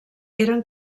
eren